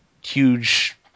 huge